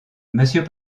monsieur